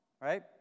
Right